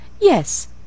Yes